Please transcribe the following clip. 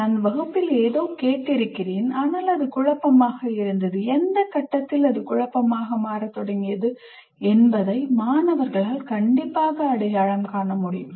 நான் வகுப்பில் ஏதோ கேட்டிருக்கிறேன் ஆனால் அது குழப்பமாக இருந்தது எந்த கட்டத்தில் அது குழப்பமாக மாறத் தொடங்கியது என்பதை மாணவர்களால் அடையாளம் காண முடியும்